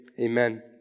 amen